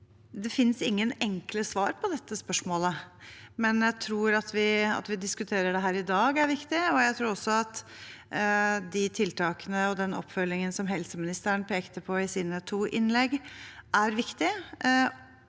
Det finnes ingen enkle svar på dette spørsmålet, men jeg tror det at vi diskuterer det her i dag, er viktig. Jeg tror også at de tiltakene og den oppfølgingen som helseministeren pekte på i sine to innlegg, er viktig.